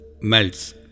melts